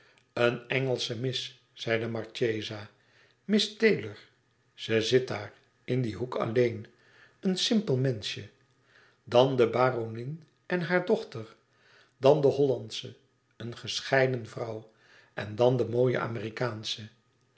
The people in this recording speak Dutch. een engelsche miss zei de marchesa miss taylor ze zit daar in dien hoek alleen een simpel menschje dan de baronin en haar dochter dan de hollandsche een gescheiden vrouw en dan de mooie amerikaansche